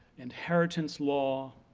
inheritance law,